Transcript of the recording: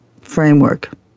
framework